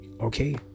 Okay